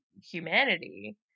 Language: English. humanity